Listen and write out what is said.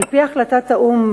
על-פי החלטת האו"ם,